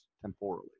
temporally